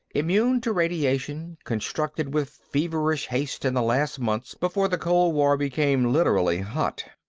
immune to radiation, constructed with feverish haste in the last months before the cold war became literally hot.